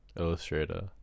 illustrator